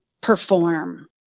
perform